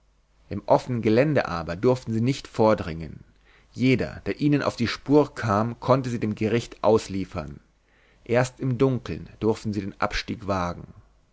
im offenen gelände aber durften sie nicht vordringen jeder der ihnen auf die spur kam konnte sie dem gericht ausliefern erst im dunkeln durften sie den abstieg wagen